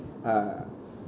uh